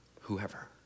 whoever